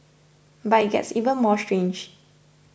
but it gets even more strange